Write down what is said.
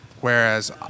Whereas